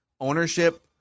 Ownership